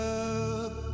up